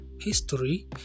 history